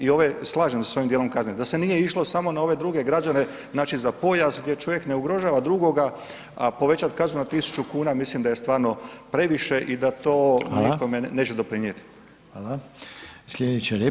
I ovo slažem se sa ovim dijelom kazne da se nije išlo samo na ove druge građane, znači za pojas gdje čovjek ne ugrožava drugoga a povećati kaznu na 1000 kuna mislim da je stvarno previše i da to nikome neće doprinijeti.